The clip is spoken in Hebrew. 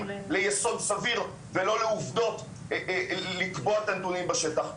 ליסוד סביר ולא לעובדות לקבוע את הנתונים בשטח.